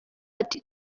ati